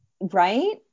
right